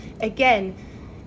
again